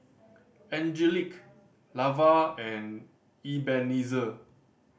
Angelic Lavar and Ebenezer